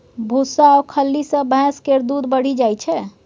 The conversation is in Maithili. भुस्सा आ खल्ली सँ भैंस केर दूध बढ़ि जाइ छै